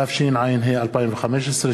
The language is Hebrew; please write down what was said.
התשע"ה 2015,